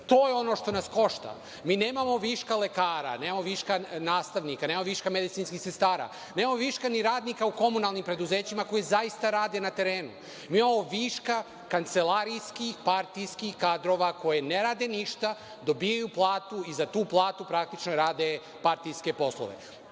To je ono što nas košta. Mi nemamo viška lekara, nemamo viška nastavnika, nemamo viška medicinskih sestara, nemamo viška ni radnika u komunalnim preduzećima koji zaista rade na terenu, mi imamo viška kancelarijskih partijskih kadrova koji ne rade ništa, dobijaju platu i za tu platu praktično rade partijske poslove.